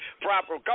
proper